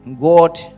God